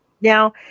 Now